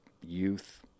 youth